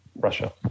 Russia